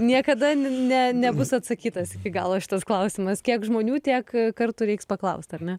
niekada ne nebus atsakytas iki galo šitas klausimas kiek žmonių tiek kartų reiks paklaust ar ne